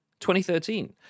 2013